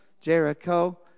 Jericho